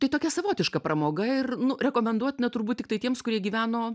tai tokia savotiška pramoga ir nu rekomenduotina turbūt tiktai tiems kurie gyveno